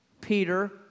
Peter